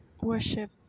worship